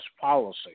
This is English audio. policy